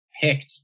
picked